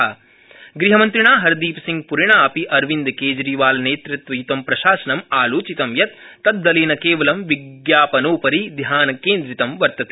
केन्द्रीयमन्द्रिणा हरदीपसिंहप्रिणा अपि अरविन्दकेजरीवालनेतृत्वय्तं प्रशासनं आलोचितं यत् तद्दलेन केवलं विज्ञापनोपरि ध्यानकेन्द्रितं वर्तते